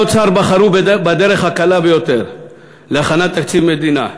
פקידי האוצר בחרו בדרך הקלה ביותר להכנת תקציב מדינה.